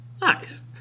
Nice